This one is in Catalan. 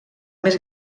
més